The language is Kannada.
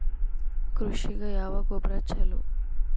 ಕೃಷಿಗ ಯಾವ ಗೊಬ್ರಾ ಛಲೋ?